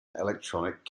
electronic